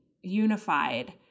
unified